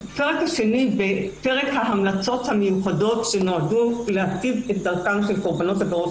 בפרק ההמלצות המיוחדות שנועדו להיטיב את דרכם של קורבנות עבירות